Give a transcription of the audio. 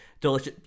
delicious